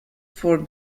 for